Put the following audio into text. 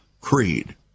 Creed